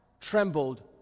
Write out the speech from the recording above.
trembled